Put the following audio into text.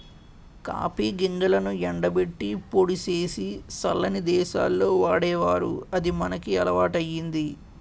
copy గింజలను ఎండబెట్టి పొడి సేసి సల్లని దేశాల్లో వాడేవారు అది మనకి అలవాటయ్యింది